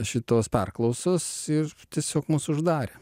šitos perklausos ir tiesiog mus uždarė